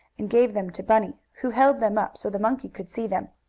and gave them to bunny, who held them up so the monkey could see them.